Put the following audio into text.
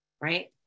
right